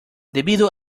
debido